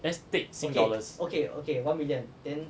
let's take sing dollars